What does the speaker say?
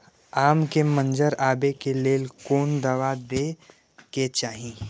आम के मंजर आबे के लेल कोन दवा दे के चाही?